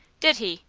did he?